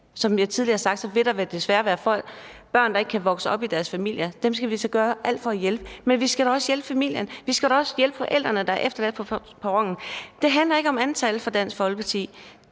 Som jeg tidligere har sagt, vil der desværre være børn, der ikke kan vokse op i deres familier, og dem skal vi gøre alt for at hjælpe. Men vi skal da også hjælpe familien, vi skal da også hjælpe forældrene, der er efterladt på perronen. Det handler ikke om antal for Dansk Folkeparti,